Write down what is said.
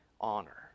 honor